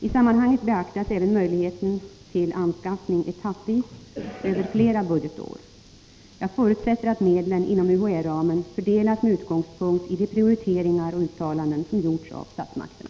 I sammanhanget beaktas även möjligheten till anskaffning etappvis över flera budgetår. Jag förutsätter att medlen inom UHÄ-ramen fördelas med utgångspunkt i de prioriteringar och uttalanden som har gjorts av statsmakterna.